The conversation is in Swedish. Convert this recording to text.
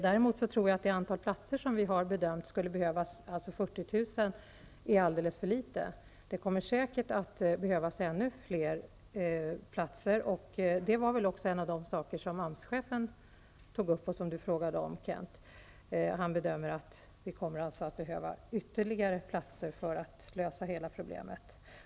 Det antal platser som vi bedömt skulle behövas -- alltså 40 000 platser -- är alldeles för litet. Det kommer säkert att behövas ännu fler platser. Det var väl en av de saker som AMS-chefen tog upp och som Kent Carlsson frågade om. AMS-chefen bedömer alltså att ytterligare platser kommer att behövas för att lösa problemet.